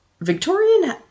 Victorian